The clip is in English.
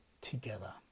together